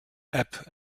app